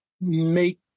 make